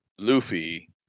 Luffy